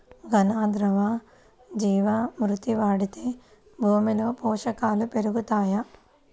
ఘన, ద్రవ జీవా మృతి వాడితే భూమిలో పోషకాలు పెరుగుతాయా?